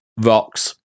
rocks